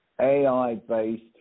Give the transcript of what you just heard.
AI-based